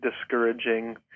discouraging